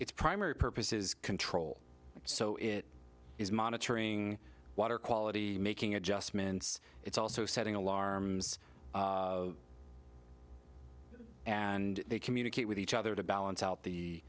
it's primary purpose is control so it is monitoring water quality making adjustments it's also setting alarms and they communicate with each other to balance out